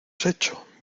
hecho